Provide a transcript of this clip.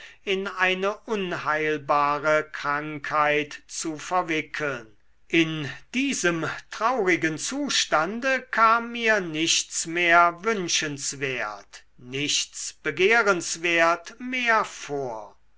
in eine unheilbare krankheit zu verwickeln in diesem traurigen zustande kam mir nichts mehr wünschenswert nichts begehrenswert mehr vor